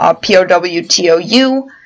P-O-W-T-O-U